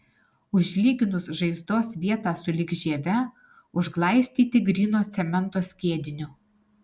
užlyginus žaizdos vietą sulig žieve užglaistyti gryno cemento skiediniu